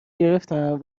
گرفنم